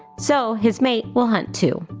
so his mate will hunt too.